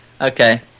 Okay